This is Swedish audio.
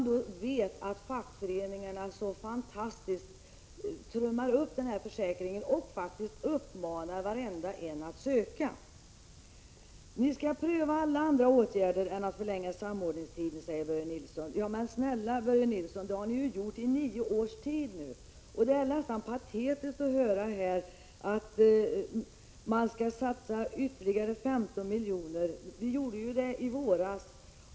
De vet ju att fackföreningarna trummar på hårt för denna försäkring och faktiskt uppmanar alla att söka. Börje Nilsson säger att man skall pröva alla andra åtgärder utom att förlänga samordningstiden. Men snälla Börje Nilsson, det har ni ju gjort i nio års tid nu. Det är nästan patetiskt att här höra att man skall satsa ytterligare 15 miljoner. Det gjorde vi ju i våras.